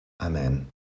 Amen